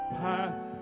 path